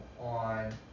on